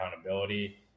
accountability